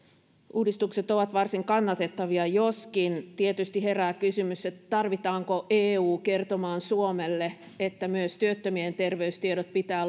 uudistukset ovat varsin kannatettavia joskin tietysti herää kysymys tarvitaanko eu kertomaan suomelle että myös työttömien terveystiedot pitää